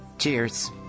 Cheers